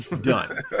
Done